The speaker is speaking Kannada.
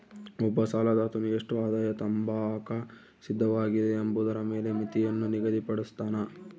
ಒಬ್ಬ ಸಾಲದಾತನು ಎಷ್ಟು ಅಪಾಯ ತಾಂಬಾಕ ಸಿದ್ಧವಾಗಿದೆ ಎಂಬುದರ ಮೇಲೆ ಮಿತಿಯನ್ನು ನಿಗದಿಪಡುಸ್ತನ